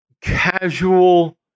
casual